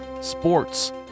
sports